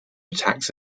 attacks